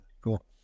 cool